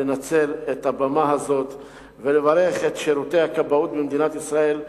לנצל את הבמה הזאת ולברך את שירותי הכבאות במדינת ישראל,